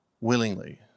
willingly